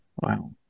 Wow